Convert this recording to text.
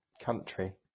Country